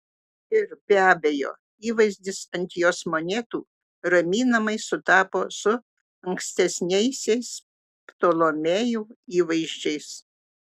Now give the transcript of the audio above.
ir be abejo įvaizdis ant jos monetų raminamai sutapo su ankstesniaisiais ptolemėjų įvaizdžiais